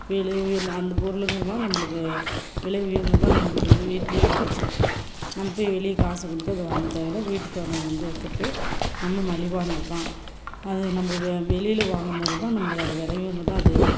விலை உயர்ந்த அந்த பொருளுமே தான் நம்மளுக்கு விலை உயர்ந்ததாக நம்மளுக்கு வீட்டிலையே கெடைச்சிடும் நம்ம போய் வெளியே காசு கொடுத்து அதை வாங்க தேவயில்ல வீட்டு தோட்டம் வந்து இருக்கிறது ரொம்ப மலிவானது தான் அது நம்ம வெ வெளியில் வாங்கும்போது தான் நம்மளுக்கு அது விலை உயர்ந்ததாக அது